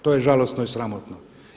To je žalosno i sramotno.